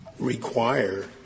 require